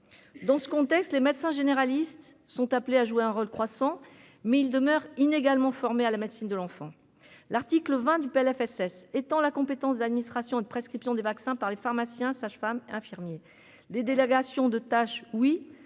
dans ce contexte, les médecins généralistes sont appelés à jouer un rôle croissant mais ils demeurent inégalement formés à la médecine de l'enfant, l'article 20 du PLFSS étant la compétence de l'administration de prescription des vaccins par les pharmaciens, sages-femmes, infirmiers, des délégations de tâches oui